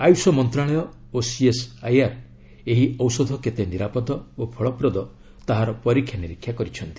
ଆୟୁଷ ମନ୍ତ୍ରଣାଳୟ ଓ ସିଏସ୍ଆଇଆର୍ ଏହି ଔଷଧ କେତେ ନିରାପଦ ଓ ଫଳପ୍ରଦ ତାହାର ପରୀକ୍ଷାନିରୀକ୍ଷା କରିଛନ୍ତି